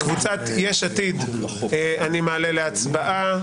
קבוצת יש עתיד אני מעלה להצבעה.